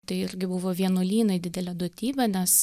tai irgi buvo vienuolynai didelė duotybė nes